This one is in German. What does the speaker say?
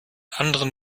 anderen